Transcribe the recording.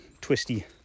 twisty